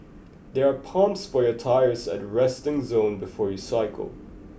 there are pumps for your tires at the resting zone before you cycle